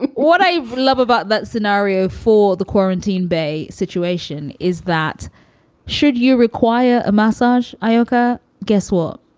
what i love about that scenario for the quarantine bay situation is that should you require a massage? ayaka guesswork.